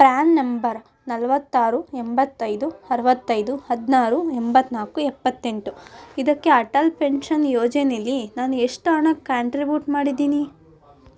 PRAN number ನಲವತ್ತಾರು ಎಂಬತ್ತೈದು ಅರವತ್ತೈದು ಹದಿನಾರು ಎಂಬತ್ತ ನಾಲ್ಕು ಎಪ್ಪತ್ತೆಂಟು ಇದಕ್ಕೆ ಅಟಲ್ ಪೆನ್ಷನ್ ಯೋಜನೆಲಿ ನಾನು ಎಷ್ಟು ಹಣ ಕಾಂಟ್ರಿಬ್ಯೂಟ್ ಮಾಡಿದ್ದೀನಿ